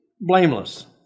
Blameless